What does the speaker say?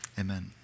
Amen